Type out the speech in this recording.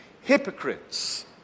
hypocrites